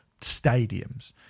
stadiums